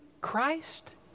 Christ